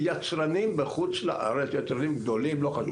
לבדל מוצר של יצרן אחד לעומת מוצר של יצרן אחר.